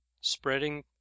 spreading